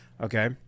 okay